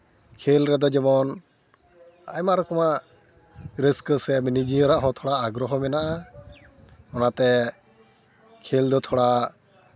ᱠᱷᱮᱞ ᱨᱮᱫᱚ ᱡᱮᱢᱚᱱ ᱟᱭᱢᱟ ᱨᱚᱠᱚᱢᱟᱜ ᱨᱟᱹᱥᱠᱟᱹ ᱥᱮ ᱱᱤᱡᱮᱨᱟᱜ ᱦᱚᱸ ᱛᱷᱚᱲᱟ ᱟᱜᱽᱨᱚᱦᱚ ᱢᱮᱱᱟᱜᱼᱟ ᱚᱱᱟᱛᱮ ᱠᱷᱮᱞ ᱫᱚ ᱛᱷᱚᱲᱟ